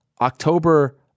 October